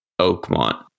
Oakmont